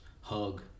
hug